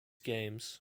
games